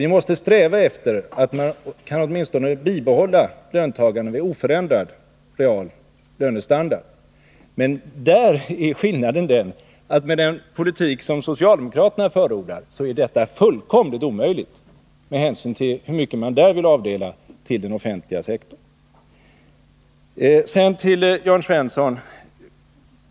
Vi måste sträva efter att kunna bibehålla åtminstone en oförändrad reallönestandard. Men där är skillnaden den att med den politik som socialdemokraterna förordar så är detta fullständigt omöjligt med hänsyn till hur mycket man där vill avdela till den offentliga sektorn. Sedan till Jörn Svensson.